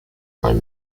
prime